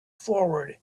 forward